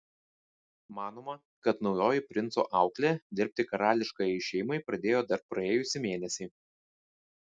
manoma kad naujoji princo auklė dirbti karališkajai šeimai pradėjo dar praėjusį mėnesį